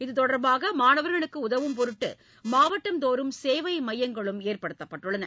இத்தொடர்பாக மாணவர்களுக்கு உதவும்பொருட்டு மாவட்டந்தோறும் சேவை மையங்களும் ஏற்படுத்தப்பட்டுள்ளது